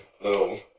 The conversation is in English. little